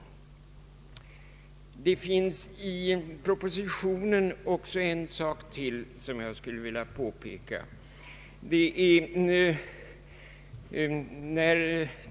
Det finns i propositionen också en annan sak, som jag skulle vilja påpeka.